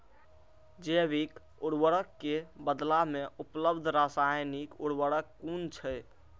जैविक उर्वरक के बदला में उपलब्ध रासायानिक उर्वरक कुन छै?